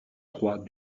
trois